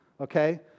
okay